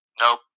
Nope